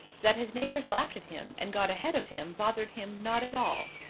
that his neighbours laughed at him and got ahead of him bothered him not at all.